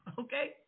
Okay